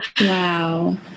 Wow